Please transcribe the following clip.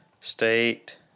State